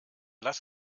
lass